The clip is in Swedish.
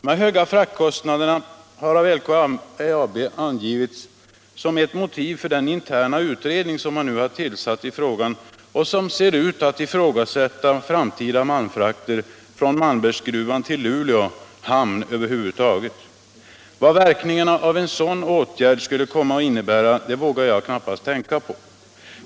De höga fraktkostnaderna har av LKAB angivits som ett motiv för den interna utredning som man nu har tillsatt i frågan och som ser ut att ifrågasätta framtida malmfrakter från Malmberget till Luleå hamn över huvud taget. Vilka verkningar en sådan åtgärd skulle komma att få vågar jag knappast tänka på.